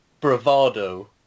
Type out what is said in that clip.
bravado